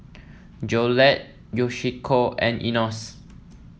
Jolette Yoshiko and Enos